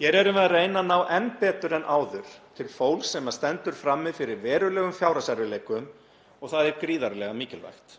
Hér erum við að reyna að ná enn betur en áður til fólks sem stendur frammi fyrir verulegum fjárhagserfiðleikum og það er gríðarlega mikilvægt.